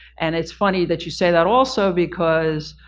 and it's funny that you say that, also because,